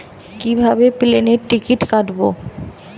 কিভাবে প্লেনের টিকিট কাটব?